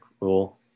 rule